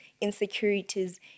insecurities